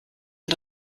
wir